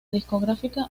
discográfica